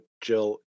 jill